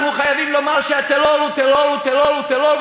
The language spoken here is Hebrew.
אנחנו חייבים לומר שהטרור הוא טרור הוא טרור הוא טרור,